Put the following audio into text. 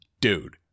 Dude